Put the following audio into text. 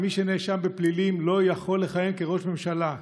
שמי שנאשם בפלילים לא יכול לכהן כראש ממשלה.